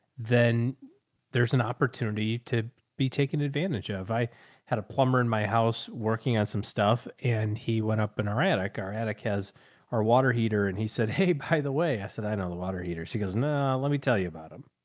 then there's an opportunity to be taken advantage of. i had a plumber in my house working on some stuff and he went up in our attic. our attic has our water heater and he said, hey, by the way, i said, i know the water heater. she goes, nah, let me tell you about them.